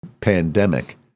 pandemic